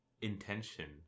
intention